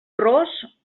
ros